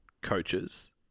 coaches